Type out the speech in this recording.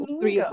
three